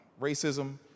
racism